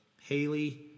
Haley